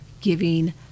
giving